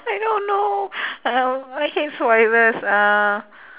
I don't know uh I hate spoilers uh